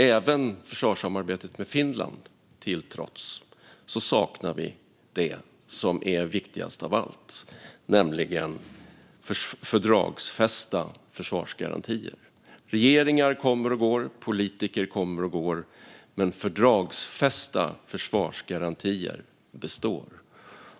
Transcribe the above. Även försvarssamarbetet med Finland till trots saknar vi det som är viktigast av allt, nämligen fördragsfästa försvarsgarantier. Regeringar kommer och går, och politiker kommer och går. Men fördragsfästa försvarsgarantier består.